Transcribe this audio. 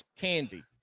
Candy